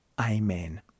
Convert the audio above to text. Amen